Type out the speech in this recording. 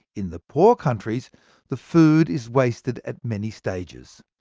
in the poor countries the food is wasted at many stages.